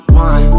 one